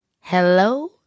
Hello